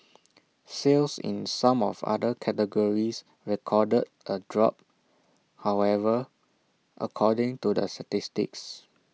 sales in some of other categories recorded A drop however according to the statistics